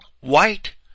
white